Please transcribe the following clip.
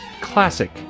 classic